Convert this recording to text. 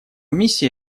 миссия